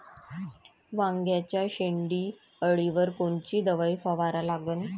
वांग्याच्या शेंडी अळीवर कोनची दवाई फवारा लागन?